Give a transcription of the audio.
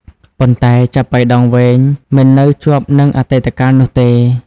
ប៉ុន្តែ ចាប៉ីដងវែងមិននៅជាប់នឹងអតីតកាលនោះទេ។